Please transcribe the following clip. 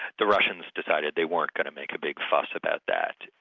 the russians decided they weren't going to make a big fuss about that.